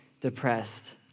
depressed